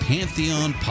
Pantheon